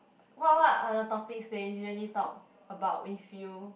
what what are the topics they usually talk about with you